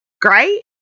great